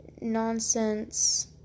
nonsense